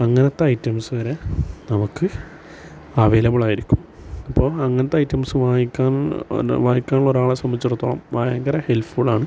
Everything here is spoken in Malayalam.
അങ്ങനത്തെ ഐറ്റംസ് വരെ നമുക്ക് അവൈലബിളായിരിക്കും അപ്പോൾ അങ്ങനത്തെ ഐറ്റംസ് വാങ്ങിക്കാൻ എന്താ വാങ്ങിക്കുന്നൊരാളെ സംബന്ധിച്ചിടത്തോളം ഭയങ്കര ഹെൽപ്ഫുൾ ആണ്